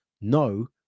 no